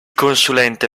consulente